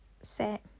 set